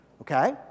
okay